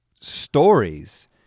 stories